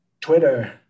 Twitter